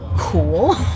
Cool